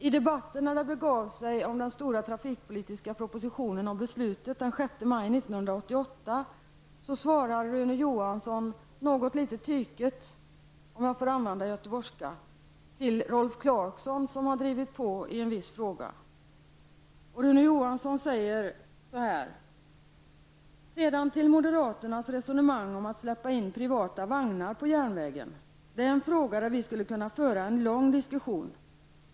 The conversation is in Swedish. I debatten när det begav sig om den stora trafikpolitiska propositionen som föregick beslutet den 6 maj 1988 svarade Rune Johansson -- något litet tyket, för att använda göteborgska -- Rolf Clarkson, som hade drivit på i en viss fråga: ''Sedan till moderaternas resonemang om att släppa in privata vagnar på järnvägen. Det är en fråga där vi skulle kunna föra en lång diskussion.